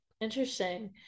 Interesting